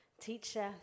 Teacher